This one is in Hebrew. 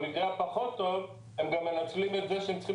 במקרה הפחות טוב הם גם מנצלים את זה שהם צריכים